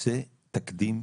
זה תקדים.